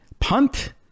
punt